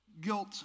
Guilt